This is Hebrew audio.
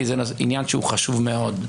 כי זה עניין שהוא חשוב מאוד.